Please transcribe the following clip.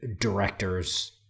directors